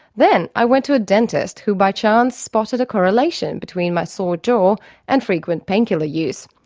then i went to a dentist who by chance spotted a correlation between my sore jaw and frequent painkiller use.